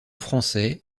français